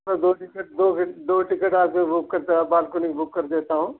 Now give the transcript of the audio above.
तो दो टिकट दो है दो टिकट आपके बुक करता बालकोनी बुक कर देता हूँ